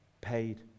paid